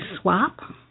swap